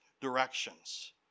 directions